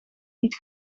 niet